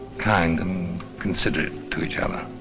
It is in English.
kind, and considerate to each other.